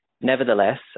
Nevertheless